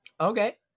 Okay